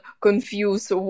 confused